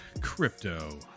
crypto